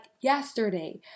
yesterday